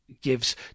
gives